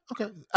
Okay